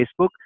Facebook